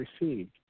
received